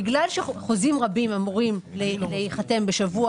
בגלל שחוזים רבים אמורים להיחתם בשבוע